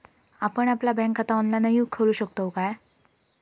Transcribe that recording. आपण आपला बँक खाता ऑनलाइनव खोलू शकतव काय?